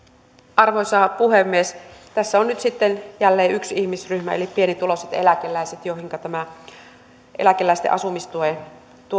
arvoisa puhemies tässä on nyt jälleen yksi ihmisryhmä eli pienituloiset eläkeläiset joihinka tämä eläkeläisten asumistuen